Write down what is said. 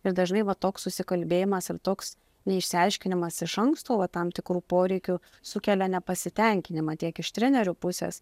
ir dažnai va toks susikalbėjimas ir toks neišsiaiškinimas iš anksto va tam tikrų poreikių sukelia nepasitenkinimą tiek iš trenerių pusės